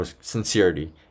sincerity